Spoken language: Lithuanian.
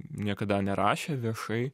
niekada nerašė viešai